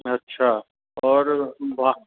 अछा और भा